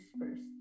first